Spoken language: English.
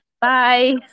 Bye